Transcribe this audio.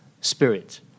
spirit